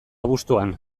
abuztuan